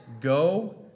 Go